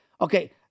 Okay